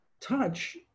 touch